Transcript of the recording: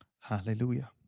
Hallelujah